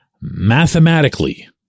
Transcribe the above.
mathematically